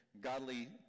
godly